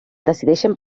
decideixen